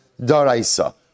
Daraisa